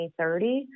2030